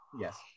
Yes